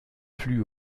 plus